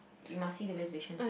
you must see the reservation